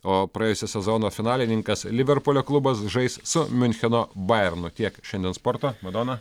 o praėjusio sezono finalininkas liverpulio klubas žais su miuncheno bajernu tiek šiandien sporto madona